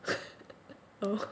oh